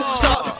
stop